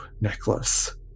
necklace